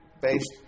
Based